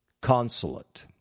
consulate